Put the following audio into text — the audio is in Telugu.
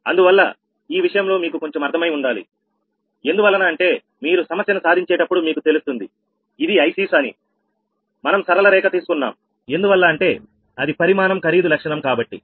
అందువల్ల ఈ విషయంలో మీకు కొంచెం అర్థమై ఉండాలి ఎందువలన అంటే మీరు సమస్యను సాధించేటప్పుడు మీకు తెలుస్తుంది ఇది IC's అని మనం సరళరేఖ తీసుకున్నాం ఎందువల్ల అంటే అది పరిమాణం ఖరీదు లక్షణం కాబట్టి